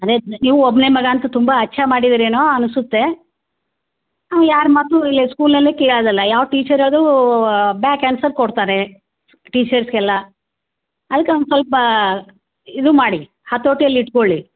ಅದೆ ನೀವು ಒಬ್ಬನೆ ಮಗ ಅಂತ ತುಂಬಾ ಅಚ್ಚ ಮಾಡಿದರೇನೋ ಅನಿಸುತ್ತೆ ಅವ್ನು ಯಾರ ಮಾತನ್ನು ಇಲ್ಲಿ ಸ್ಕೂಲಿನಲ್ಲಿ ಕೇಳೋದಿಲ್ಲ ಯಾವ ಟೀಚರ್ ಅದು ಬ್ಯಾಕ್ ಆನ್ಸರ್ ಕೊಡ್ತಾರೆ ಟೀಚರ್ಸಿಗೆಲ್ಲ ಅದ್ಕೆ ಅವ್ನ ಸ್ವಲ್ಪ ಇದು ಮಾಡಿ ಹತೋಟಿಯಲ್ಲಿ ಇಟ್ಟುಕೊಳ್ಳಿ